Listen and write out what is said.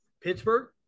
Pittsburgh